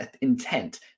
intent